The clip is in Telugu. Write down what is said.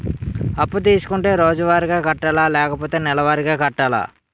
అప్పు తీసుకుంటే రోజువారిగా కట్టాలా? లేకపోతే నెలవారీగా కట్టాలా?